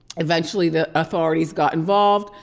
eventually the authorities got involved,